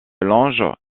longe